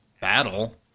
battle